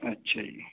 اچھا جی